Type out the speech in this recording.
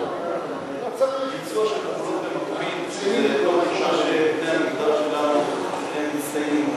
זו לא תכונה שבני המגדר שלנו מצטיינים בה.